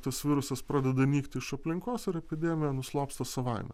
tas virusas pradeda nykti iš aplinkos ir epidemija nuslopsta savaime